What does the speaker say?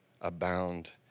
abound